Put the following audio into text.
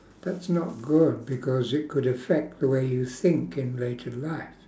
that's not good because it could affect the way you think in later life